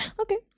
okay